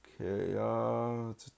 Okay